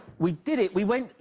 we did it, we went,